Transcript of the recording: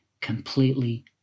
completely